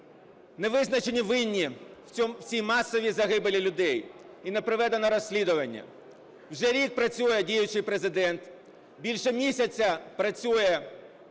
не визначенні винні в цій масовій загибелі людей і не проведено розслідування. Вже рік працює діючий Президент. Більше місяця працює